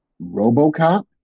Robocop